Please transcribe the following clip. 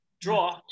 Draw